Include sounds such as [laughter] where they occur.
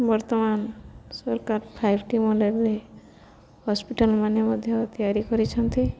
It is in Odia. ବର୍ତ୍ତମାନ ସରକାର ଫାଇଭ୍ ଟି [unintelligible] ହସ୍ପିଟାଲ୍ମାନ ମଧ୍ୟ ତିଆରି କରିଛନ୍ତି